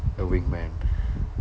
a wing man